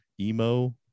emo